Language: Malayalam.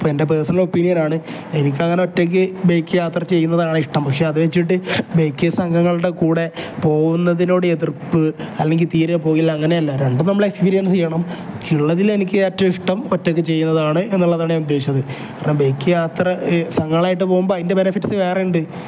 അപ്പം എൻ്റെ പേഴ്സണൽ ഒപ്പീനിയൻ ആണ് എനിക്ക് അങ്ങനെ ഒറ്റയ്ക്ക് ബേക്ക് യാത്ര ചെയ്യുന്നതാണ് ഇഷ്ടം പക്ഷേ അത് വെച്ചിട്ട് ബേക്ക് സംഘങ്ങളുടെ കൂടെ പോകുന്നതിനോട് എതിർപ്പ് അല്ലെങ്കിൽ തീരെ പോയില്ല അങ്ങനെയല്ല രണ്ടും നമ്മൾ എക്സ്പീരിയൻസ് ചെയ്യണം പക്ഷേ ഉള്ളതിൽ എനിക്ക് ഏറ്റവും ഇഷ്ടം ഒറ്റയ്ക്ക് ചെയ്യുന്നതാണ് എന്നുള്ളതാണ് ഞാൻ ഉദ്ദേശിച്ചത് കാരണം ബേക്ക് യാത്ര സംഘങ്ങളായിട്ട് പോകുമ്പോൾ അതിൻ്റെ ബെനഫിറ്റ്സ് വേറേ ഉണ്ട്